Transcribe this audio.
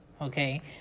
Okay